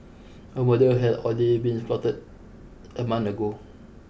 a murder had already been plotted a month ago